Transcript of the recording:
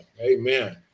Amen